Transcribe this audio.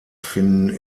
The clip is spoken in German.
finden